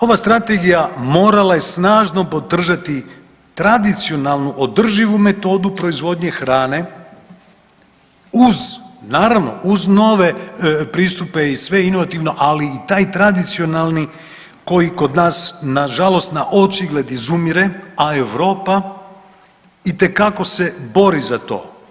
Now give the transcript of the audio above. Ova strategija morala je snažno podržati tradicionalnu, održivu metodu proizvodnje hrane uz naravno, uz nove pristupe i sve inovativno, ali i taj tradicionalni koji kod nas nažalost na očigled izumire, a Europa itekako se bori za to.